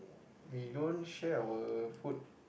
we don't share our food